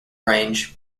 range